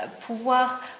pouvoir